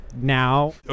now